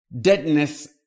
deadness